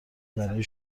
برای